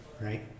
right